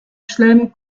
chelem